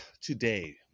today